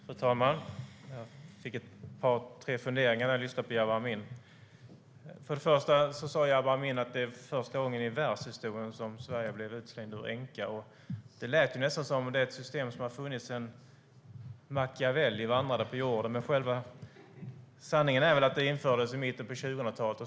Fru talman! Jag fick några funderingar när jag lyssnade på Jabar Amin. Jabar Amin sa att det är första gången i världshistorien som Sverige blir utslängd ur ENQA. Det lät nästan som att det är ett system som har funnits sedan Machiavelli vandrade på jorden. Men sanningen är väl att det infördes i mitten av 2000-talet.